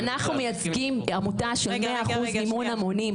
אנחנו עמותה של 100% מימון המונים,